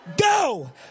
Go